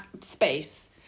space